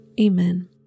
Amen